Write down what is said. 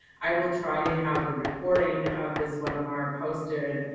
i will try to have the recording of this webinar posted